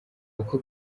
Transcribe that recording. uko